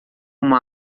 uma